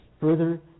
further